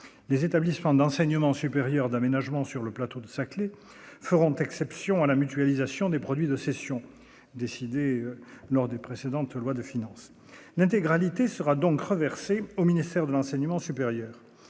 les établissements d'enseignement supérieur d'aménagement sur le plateau de Saclay feront exception à la mutualisation des produits de cession décidée lors des précédentes lois de finance l'intégralité sera donc reversée au ministère de l'enseignement supérieur